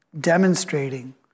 demonstrating